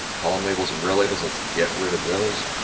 column labels, and row labels, let's get rid of those,